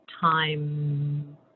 time